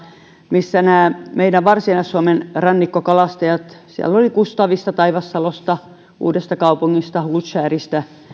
missä oli meidän varsinais suomen rannikkokalastajiamme siellä oli kustavista taivassalosta uudestakaupungista houtskäristä